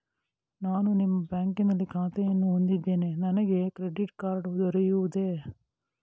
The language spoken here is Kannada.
ನಾನು ನಿಮ್ಮ ಬ್ಯಾಂಕಿನಲ್ಲಿ ಖಾತೆಯನ್ನು ಹೊಂದಿದ್ದೇನೆ ನನಗೆ ಕ್ರೆಡಿಟ್ ಕಾರ್ಡ್ ದೊರೆಯುವುದೇ?